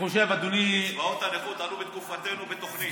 קצבאות הנכות עלו בתקופתנו בתוכנית.